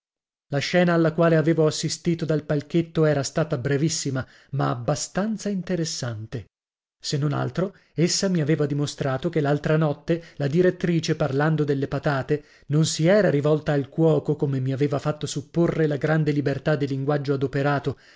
la scena alla quale avevo assistito dal palchetto era stata brevissima ma abbastanza interessante se non altro essa mi aveva dimostrato che l'altra notte la direttrice parlando delle patate non si era rivolta al cuoco come mi aveva fatto supporre la grande libertà di linguaggio adoperato